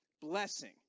blessing